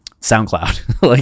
SoundCloud